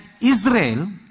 israel